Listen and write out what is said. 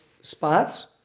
spots